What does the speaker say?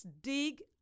dig